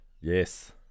Yes